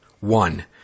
One